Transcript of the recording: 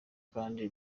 kandi